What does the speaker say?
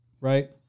right